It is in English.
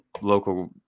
Local